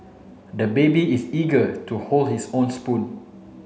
the baby is eager to hold his own spoon